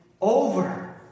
over